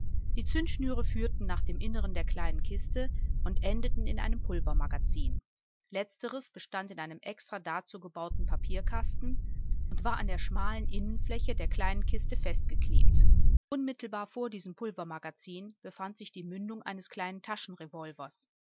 die zündschnüre führten nach dem innern der kleinen kiste und endeten in einem pulvermagazin letzteres bestand in einem extra dazu gebauten papierkasten und war an der schmalen innenfläche der kleinen kiste festgeklebt unmittelbar vor diesem pulvermagazin befand sich die mündung eines kleinen